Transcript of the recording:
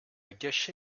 gâché